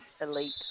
elite